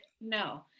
no